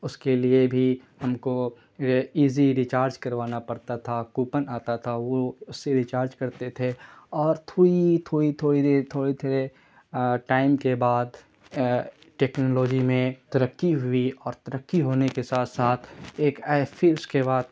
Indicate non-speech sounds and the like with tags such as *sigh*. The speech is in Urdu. اس کے لیے بھی ہم کو ایزی ریچارج کروانا پڑتا تھا کوپن آتا تھا وہ اس سے ڑیچارج کرتے تھے اور تھوڑی تھوڑی تھوڑی دیر تھوڑے تھوڑے ٹائم کے بعد ٹیکنالوجی میں ترقی ہوئی اور ترقی ہونے کے ساتھ ساتھ ایک *unintelligible* پھر اس کے بعد